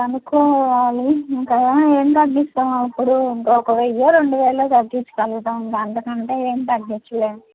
కనుక్కోవాలిఇంకా ఏం తగ్గిస్తామ ఇప్పుడు ఇంక ఒక వెయ్యో రెండు వేలు తగ్గించుగలుగుతాంం అందుకంటే ఏం తగ్గించలే